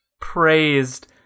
praised